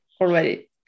already